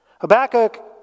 Habakkuk